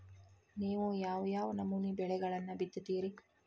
ನೇವು ಯಾವ್ ಯಾವ್ ನಮೂನಿ ಬೆಳಿಗೊಳನ್ನ ಬಿತ್ತತಿರಿ?